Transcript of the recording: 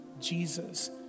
Jesus